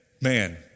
man